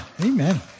amen